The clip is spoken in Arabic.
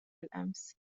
الأمس